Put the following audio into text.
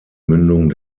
mündung